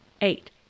Eight